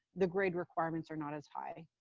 the grade requirements are not as high.